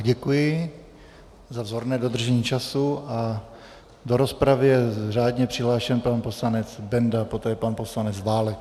Děkuji za vzorné dodržení času a do rozpravy je řádně přihlášen pan poslanec Benda a poté pan poslanec Válek.